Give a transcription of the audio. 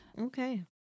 Okay